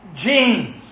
genes